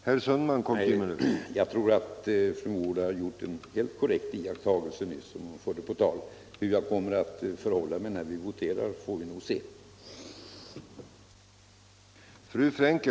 Herr talman! Jag tror att fru Mogård gjorde en helt korrekt iakttagelse nyss. Jag talade i anslutning till min motion. Hur jag kommer att förhålla mig när kammaren voterar får vi väl se.